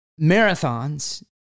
marathons